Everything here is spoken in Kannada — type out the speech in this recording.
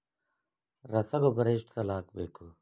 ರಸಗೊಬ್ಬರ ಎಷ್ಟು ಸಲ ಹಾಕಬೇಕು?